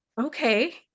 okay